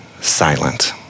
silent